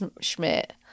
schmidt